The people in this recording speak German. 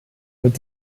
mit